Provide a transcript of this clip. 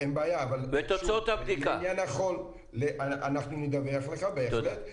אין בעיה לעניין החול, אנחנו נדווח בהחלט.